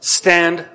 stand